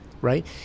Right